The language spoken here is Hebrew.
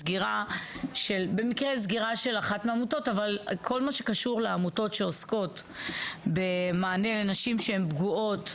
סגירה של אחת העמותות שעוסקות במענה לנשים שהן פגועות,